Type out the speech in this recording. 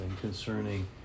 concerning